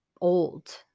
old